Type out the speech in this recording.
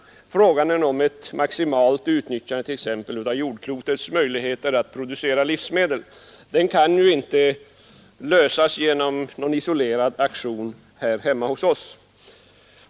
Exempelvis frågan om ett maximalt utnyttjande av jordklotets möjligheter att producera livsmedel kan ju inte lösas genom någon isolerad aktion här hemma hos oss.